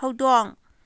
ꯍꯧꯗꯣꯡ